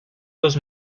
los